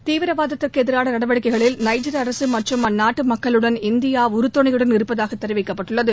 தீவிரவாதத்திற்கு எதிரான நடவடிக்கைகளில் நைஜர் அரசு மற்றும் அந்நாட்டு மக்களுடன் இந்தியா உறுதுணையுடன் இருப்பதாக தெரிவிக்கப்பட்டுள்ளது